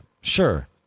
Sure